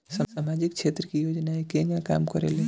सामाजिक क्षेत्र की योजनाएं केगा काम करेले?